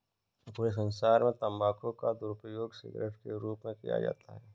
पूरे संसार में तम्बाकू का दुरूपयोग सिगरेट के रूप में किया जाता है